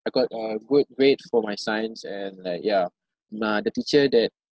I got a good grade for my science and like yeah ma~ the teacher that